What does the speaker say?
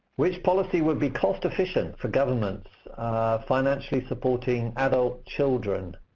which policy would be cost-efficient for governments financially supporting adult children?